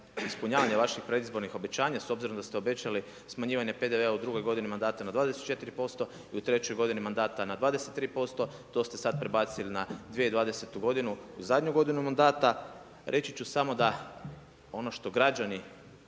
ispunjavanje vaših predizbornih obećanja s obzirom da ste obećali smanjivanje PDV-a u drugoj godini mandata na 24% i u trećoj godini mandata na 23%, to ste sad prebacili na 2020. godinu u zadnju godinu mandata. Reći ću samo da ono što građani